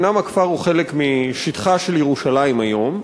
אומנם הכפר הוא חלק משטחה של ירושלים היום,